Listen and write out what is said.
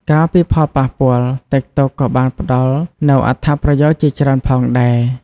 ក្រៅពីផលប៉ះពាល់ តិកតុកក៏បានផ្ដល់នូវអត្ថប្រយោជន៍ជាច្រើនផងដែរ។